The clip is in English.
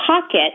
pocket